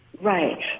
Right